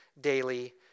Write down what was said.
daily